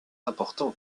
important